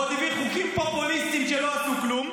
ועוד הביא חוקים פופוליסטים שלא עשו כלום,